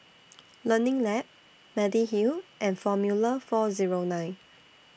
Learning Lab Mediheal and Formula four Zero nine